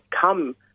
come